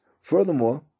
Furthermore